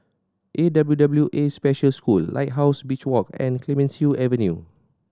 A W W A Special School Lighthouse Beach Walk and Clemenceau Avenue